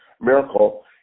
miracle